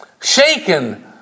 shaken